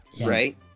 Right